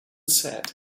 said